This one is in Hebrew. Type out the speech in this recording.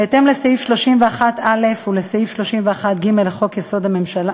בהתאם לסעיף 31(א) ולסעיף 31(ג) לחוק-יסוד: הממשלה,